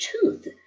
truth